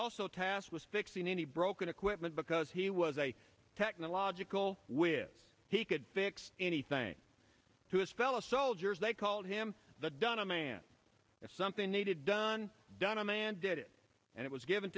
also task was fixing any broken equipment because he was a technological wiv he could fix anything to his fellow soldiers they called him the done a man something needed done done a man did it and it was given